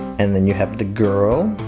and then you have the girl,